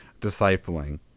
Discipling